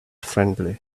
friendly